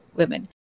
women